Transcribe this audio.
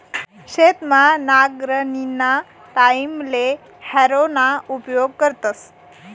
शेतमा नांगरणीना टाईमले हॅरोना उपेग करतस